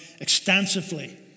extensively